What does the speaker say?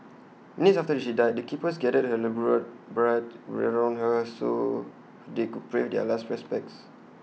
minutes after she died the keepers gathered her labourer brood around her so they could pay their last respects